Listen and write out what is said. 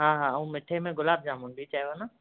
हा हा ऐं मिठे में गुलाब जामुन बि चयव न